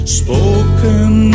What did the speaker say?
spoken